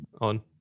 on